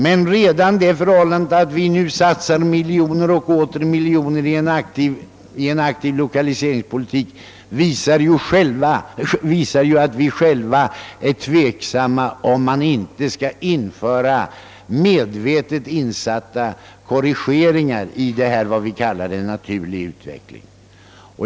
Men redan det förhållandet att vi nu satsar miljoner och åter miljoner på en aktiv lokaliseringspolitik visar att vi själva är tveksamma, huruvida vi inte skall göra medvetna korrigeringar av trenden när det gäller en s.k. naturlig utveckling.